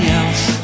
else